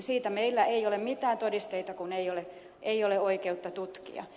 siitä meillä ei ole mitään todisteita kun ei ole oikeutta tutkia